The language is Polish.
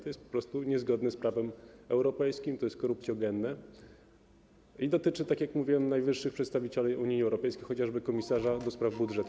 To jest po prostu niezgodne z prawem europejskim, to jest korupcjogenne i dotyczy, tak jak mówiłem, najwyższych przedstawicieli Unii Europejskiej, chociażby komisarza do spraw budżetu.